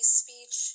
speech